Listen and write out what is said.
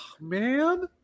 man